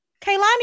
kalani